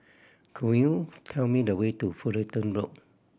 could you tell me the way to Fullerton Road